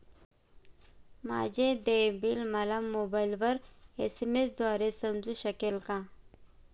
माझे देय बिल मला मोबाइलवर एस.एम.एस द्वारे समजू शकेल का?